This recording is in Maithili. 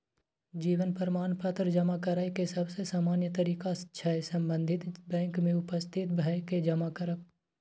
जीवन प्रमाण पत्र जमा करै के सबसे सामान्य तरीका छै संबंधित बैंक में उपस्थित भए के जमा करब